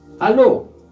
Hello